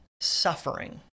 suffering